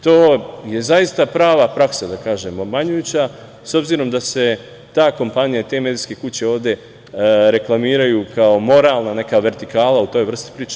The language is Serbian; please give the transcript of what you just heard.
To je zaista prava praksa, da kažem, obmanjujuća, s obzirom da se ta kompanija, te medicinske kuće ovde reklamiraju kao neka moralna vertikala u toj vrsti priče.